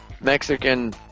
Mexican